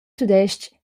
tudestg